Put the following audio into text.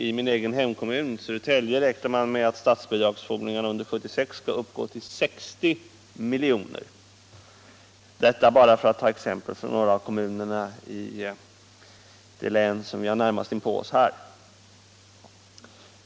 I min egen hemkommun, Södertälje, räknar man med att statsbidragsfordringarna 1976 kommer att uppgå till 60 mil joner. Detta är bara några exempel från kommuner i det län vi har närmast inpå oss.